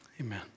Amen